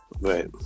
Right